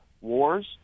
wars